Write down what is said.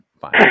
Fine